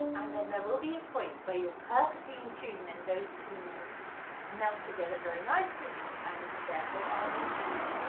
and then there will be a point where you're perfectly in tune and those two notes melt together very nicely and therefore are in tune.